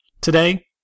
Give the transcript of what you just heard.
Today